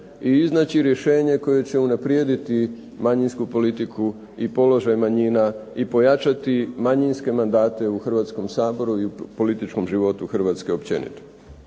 i iznaći rješenje koje će unaprijediti manjinsku politiku i položaj manjina i pojačati manjinske mandate u Hrvatskom saboru i političkom životu Hrvatske općenito.